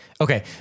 Okay